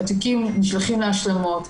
התיקים נשלחים להשלמות.